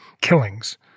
killings